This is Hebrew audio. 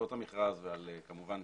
תוצאות המכרז ועל כמובן